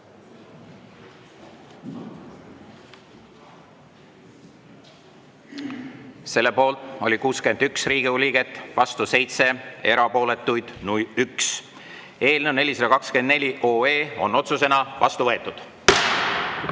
Selle poolt oli 61 Riigikogu liiget, vastu 7, erapooletuid 1. Eelnõu 424 on otsusena vastu võetud.